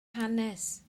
hanes